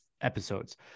episodes